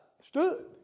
Stood